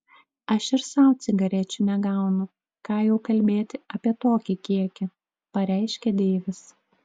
aš ir sau cigarečių negaunu ką jau kalbėti apie tokį kiekį pareiškė deivis